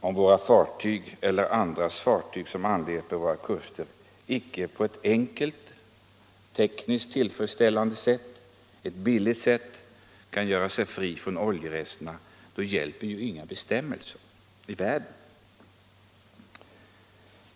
Om våra fartyg eller andras fartyg som anlöper våra kuster inte på ett enkelt, tekniskt tillfredsställande och billigt sätt kan göra sig av med oljerester, hjälper inga bestämmelser i världen.